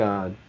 God